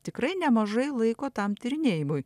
tikrai nemažai laiko tam tyrinėjimui